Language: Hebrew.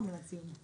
הצבעה לא אושר.